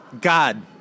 God